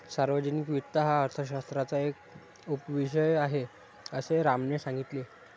सार्वजनिक वित्त हा अर्थशास्त्राचा एक उपविषय आहे, असे रामने सांगितले